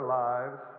lives